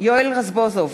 יואל רזבוזוב,